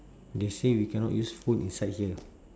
they say we cannot use phone inside here